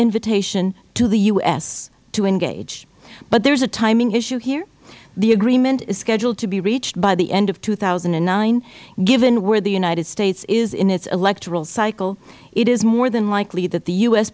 invitation to the u s to engage but there is a timing issue here the agreement is scheduled to be reached by the end of two thousand and nine given where the united states is in its electoral cycle it is more than likely that the u